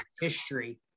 history